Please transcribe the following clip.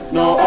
no